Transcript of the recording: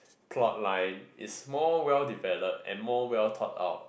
plot line is more well developed and more well thought out